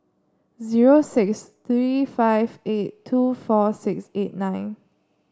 zero six three five eight two four six eight nine